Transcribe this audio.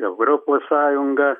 europos sąjungą